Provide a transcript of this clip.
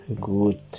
good